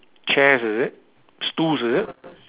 chairs is it stools is it